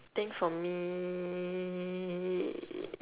think for me